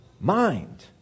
mind